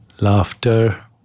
laughter